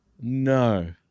No